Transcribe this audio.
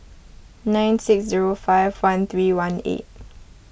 nine six zero five one three one eight